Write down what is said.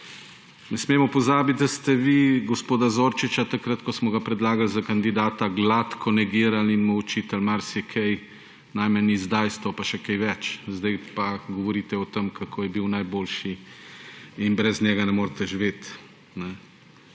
Ne smemo pozabiti, da ste vi gospoda Zorčiča takrat, ko smo ga predlagali za kandidata, gladko negirali in mu očitali marsikaj, najmanj izdajstvo, pa še kaj več, zdaj pa govorite o tem, kako je bil najboljši in brez njega ne morete živeti.